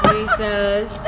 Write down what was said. gracious